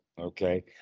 Okay